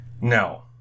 No